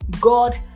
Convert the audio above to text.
God